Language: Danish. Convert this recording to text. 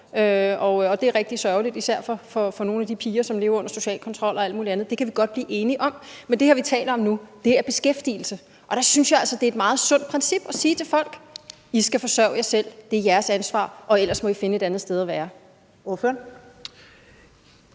og det er rigtig sørgeligt, især for nogle af de piger, som lever under social kontrol og alt muligt andet. Det kan vi godt blive enige om, men det, vi nu taler om her, er beskæftigelse, og der synes jeg altså, det er et meget sundt princip at sige til folk: I skal forsørge jer selv, det er jeres ansvar, og ellers må I finde et andet sted at være.